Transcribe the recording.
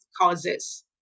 causes